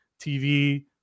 TV